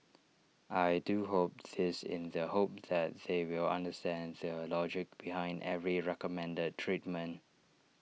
I do hope this in the hope that they will understand the logic behind every recommended treatment